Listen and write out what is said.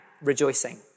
rejoicing